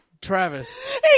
Travis